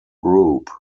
group